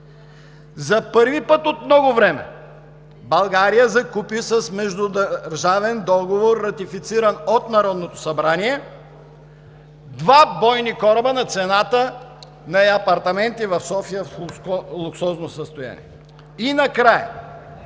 За първи път от много време България закупи с междудържавен договор, ратифициран от Народното събрание, два бойни кораба на цената на апартаменти в София в луксозно състояние. И накрая